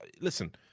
listen